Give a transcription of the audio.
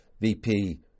VP